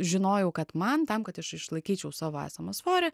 žinojau kad man tam kad aš išlaikyčiau savo esamą svorį